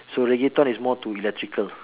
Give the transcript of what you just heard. so reggaeton is more to electrical